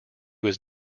was